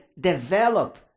develop